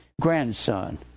grandson